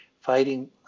Fighting